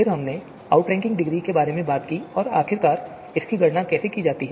फिर हमने outranking degree के बारे में बात की आखिरकार इसकी गणना कैसे की जाती है